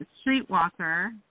streetwalker